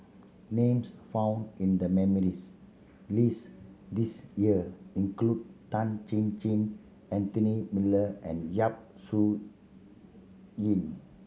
names found in the nominees' list this year include Tan Chin Chin Anthony Miller and Yap Su Yin